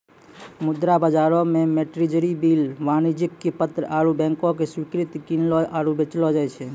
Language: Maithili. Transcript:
मुद्रा बजारो मे ट्रेजरी बिल, वाणिज्यक पत्र आरु बैंको के स्वीकृति किनलो आरु बेचलो जाय छै